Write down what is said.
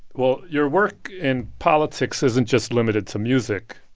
well, your work in politics isn't just limited to music.